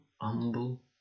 humble